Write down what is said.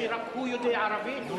רק הוא יודע ערבית?